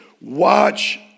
watch